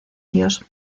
dios